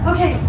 Okay